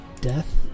death